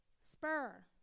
spur